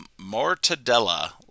mortadella